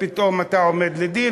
פתאום אתה עומד לדין,